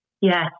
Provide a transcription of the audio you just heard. Yes